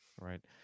Right